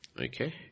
Okay